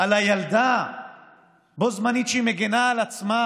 על הילדה בו זמנית כשהיא מגינה על עצמה,